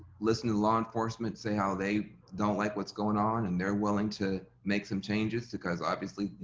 listen to law enforcement say how they don't like what's going on and they're willing to make some changes because obviously,